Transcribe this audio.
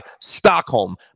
Stockholm